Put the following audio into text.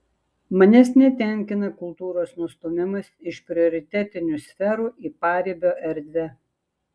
manęs netenkina kultūros nustūmimas iš prioritetinių sferų į paribio erdvę